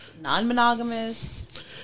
non-monogamous